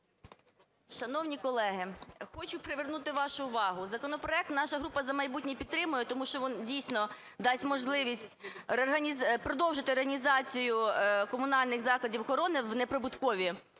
Шановні колеги, хочу привернути вашу увагу. Законопроект наша група "За майбутнє" підтримує, тому що, він, дійсно, дасть можливість продовжити реорганізацію комунальних закладів охорони в неприбуткові.